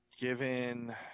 given